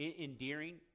endearing